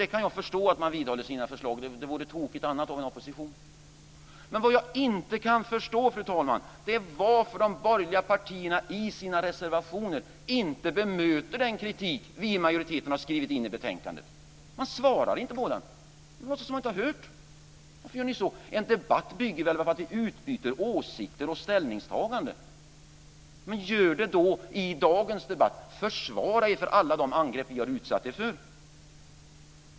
Jag kan förstå att de vidhåller sina förslag - något annat vore tokigt av en opposition - men vad jag inte kan förstå, fru talman, är varför de borgerliga partierna i sina reservationer inte bemöter den kritik som vi i majoriteten har skrivit in i betänkandet. Man svarar inte på den och låtsas som om man inte har noterat den. Varför gör ni så? En debatt bygger väl på ett utbyte av åsikter och ställningstaganden. Försvara er då i dagens debatt inför alla de angrepp som vi har utsatt er för!